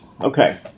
Okay